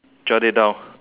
jot it down